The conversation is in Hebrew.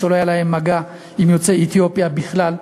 שלא היה להם מגע עם יוצאי אתיופיה בכלל,